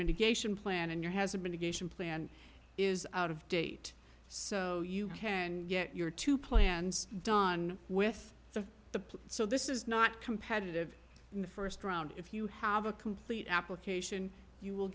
mitigation plan and your hasn't been a geisha plan is out of date so you can get your two plans done with the the so this is not competitive in the st round if you have a complete application you will